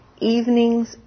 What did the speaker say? evenings